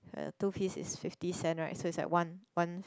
um two piece is fifty cents right so is like one one